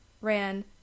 ran